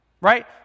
right